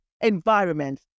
environment